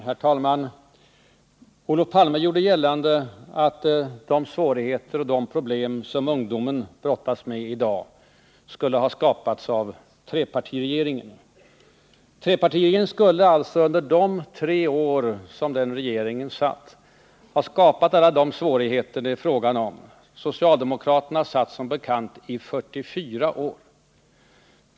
Herr talman! Olof Palme gjorde gällande att de svårigheter och de problem som ungdomen brottas med i dag skulle ha skapats av trepartiregeringen. Trepartiregeringen skulle alltså under de få år som den regeringen satt ha skapat alla de svårigheter det är fråga om. Socialdemokraterna satt som bekant i 44 år.